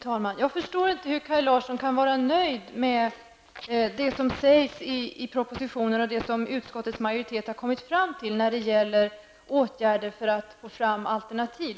Fru talman! Jag förstår inte hur Kaj Larsson kan vara nöjd med det som sägs i propositionen och det som utskottsmajoriteten har kommit fram till när det gäller åtgärder för att få fram alternativ.